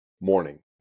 morning